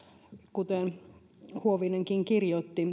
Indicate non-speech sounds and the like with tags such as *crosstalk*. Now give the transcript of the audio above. kuten huovinenkin kirjoitti *unintelligible*